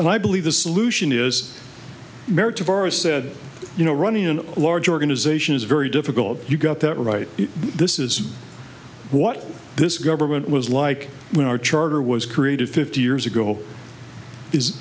and i believe the solution is meritorious said you know running in a large organization is very difficult you got that right this is what this government was like when our charter was created fifty years ago is